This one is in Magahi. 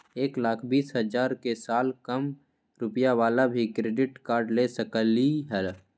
एक लाख बीस हजार के साल कम रुपयावाला भी क्रेडिट कार्ड ले सकली ह?